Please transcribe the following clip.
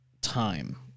time